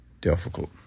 difficult